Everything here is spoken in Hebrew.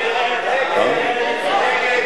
התשע"א 2011,